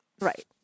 Right